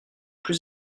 plus